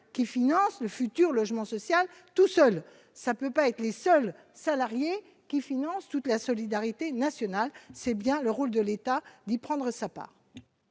qui finance le futur logement social tout seul, ça peut pas être les seuls salariés qui finance toute la solidarité nationale, c'est bien le rôle de l'État, d'y prendre sa part.